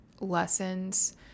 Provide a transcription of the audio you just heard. lessons